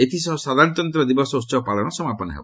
ଏଥିସହ ସାଧାରଣତନ୍ତ୍ର ଦିବସ ଉହବ ପାଳନ ସମାପନ ହେବ